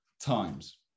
times